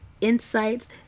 insights